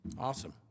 Awesome